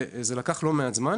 וזה לקח לא מעט זמן,